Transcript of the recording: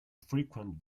frequent